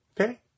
Okay